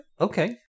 Okay